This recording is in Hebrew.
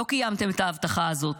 לא קיימתם את ההבטחה הזאת.